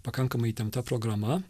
pakankamai įtempta programa